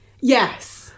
Yes